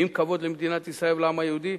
מביאים כבוד למדינת ישראל ולעם היהודי.